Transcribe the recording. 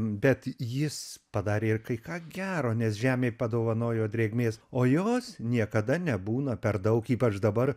bet jis padarė ir kai ką gero nes žemei padovanojo drėgmės o jos niekada nebūna per daug ypač dabar